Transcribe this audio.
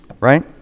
right